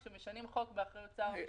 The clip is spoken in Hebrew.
אתם משנים חוק באחריות שר המשפטים.